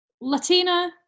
Latina